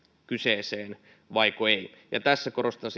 kyseeseen vaiko ei tässä korostan